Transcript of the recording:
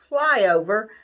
flyover